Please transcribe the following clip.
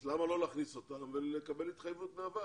אז למה לא להכניס אותם ולקבל התחייבות מהוועד